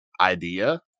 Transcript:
idea